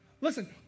Listen